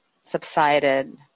subsided